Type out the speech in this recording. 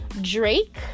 Drake